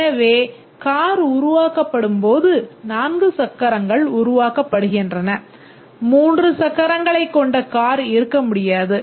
எனவே கார் உருவாக்கப்படும் போது 4 சக்கரங்கள் உருவாக்கப்படுகின்றன 3 சக்கரங்களைக் கொண்ட கார் இருக்க முடியாது